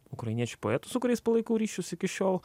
ukrainiečių poetų su kuriais palaikau ryšius iki šiol